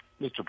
Mr